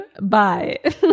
bye